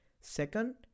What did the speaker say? Second